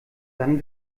dann